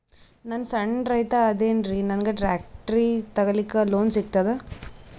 ನಾನ್ ಸಣ್ ರೈತ ಅದೇನೀರಿ ನನಗ ಟ್ಟ್ರ್ಯಾಕ್ಟರಿ ತಗಲಿಕ ಲೋನ್ ಸಿಗತದ?